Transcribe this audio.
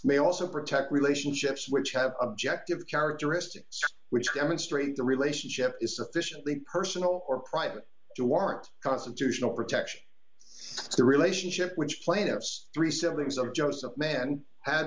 may also protect relationships which have objective characteristics which demonstrate the relationship is sufficiently personal or private to warrant constitutional protection the relationship which plaintiff's three siblings of joseph menn had